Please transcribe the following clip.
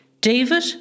David